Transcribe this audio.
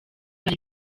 bari